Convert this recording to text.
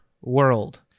world